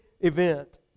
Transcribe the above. event